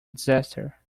disaster